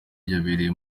yabereye